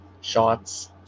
shots